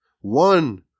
One